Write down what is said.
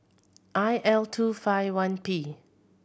I L two five one P